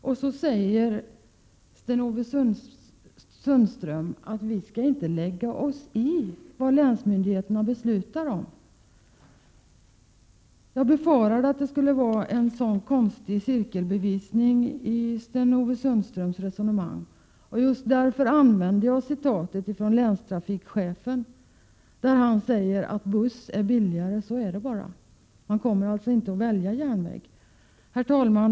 Då säger Sten-Ove Sundström att vi inte skall lägga oss i vad länsmyndigheterna beslutar om. Jag befarade att det skulle vara en så resonemang. Just därför använde jag det tröms citat från länstrafikchefen där han säger att buss är billigare — så är det bara. Man kommer alltså inte att välja järnväg. Herr talman!